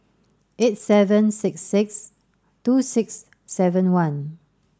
eight seven six six two six seven one